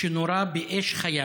ונורה באש חיה